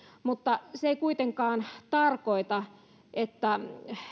mutta se ei kuitenkaan tarkoita että